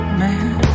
man